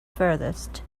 furthest